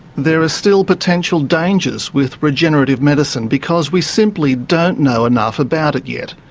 there are still potential dangers with regenerative medicine, because we simply don't know enough about it yet.